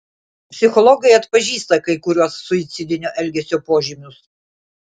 psichologai atpažįsta kai kuriuos suicidinio elgesio požymius